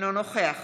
אינו נוכח